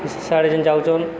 ସେ ସେଆଡ଼େ ଯେନ୍ ଯାଉଛନ୍